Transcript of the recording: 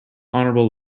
honorable